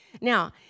Now